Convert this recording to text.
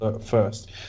first